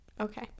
okay